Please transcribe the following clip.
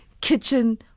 kitchen